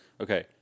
Okay